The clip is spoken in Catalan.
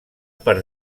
per